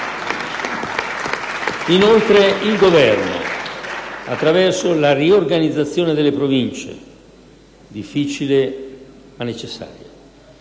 Inoltre, il Governo, attraverso la riorganizzazione delle Province (difficile ma necessaria),